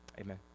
Amen